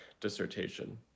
dissertation